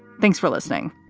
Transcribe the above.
thanks for listening.